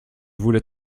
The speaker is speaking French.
voulais